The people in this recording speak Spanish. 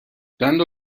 dando